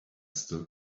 still